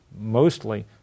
mostly